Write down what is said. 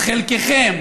אז חלקכם